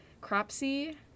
Cropsey